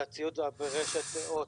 על הציוד להעברת רשת לאות.